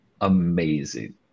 amazing